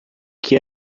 que